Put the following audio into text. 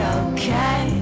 okay